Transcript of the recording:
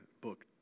book